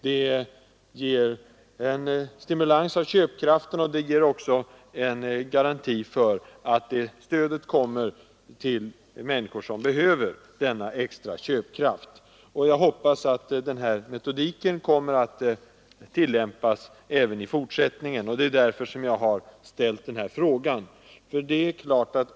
Det ger en stimulans av köpkraften, och det ger också en garanti för att stödet kommer till människor som behöver denna extra köpkraft. Jag hoppas att den metodiken kommer att tillämpas även i fortsättningen, och det är därför jag har ställt den här frågan.